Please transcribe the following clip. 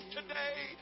today